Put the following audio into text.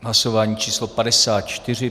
Hlasování číslo 54.